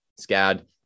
Scad